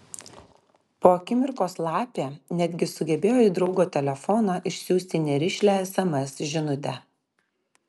po akimirkos lapė netgi sugebėjo į draugo telefoną išsiųsti nerišlią sms žinutę